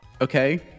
Okay